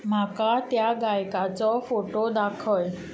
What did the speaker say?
म्हाका त्या गायकाचो फोटो दाखय